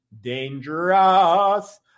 Dangerous